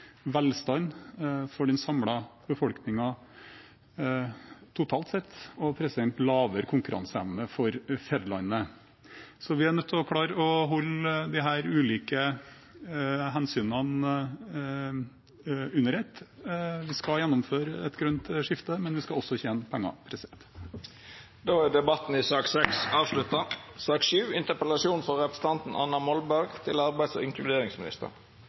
velstand for den samlede befolkningen totalt sett, og lavere konkurranseevne for fedrelandet. Vi er nødt til å klare å forholde oss til disse ulike hensynene under ett. Vi skal gjennomføre et grønt skifte, men vi skal også tjene penger. Fleire har ikkje bedt om ordet til sak nr. 6. I fjor la regjeringen Solberg fram en stortingsmelding om hvordan vi skal inkludere flere i arbeidslivet og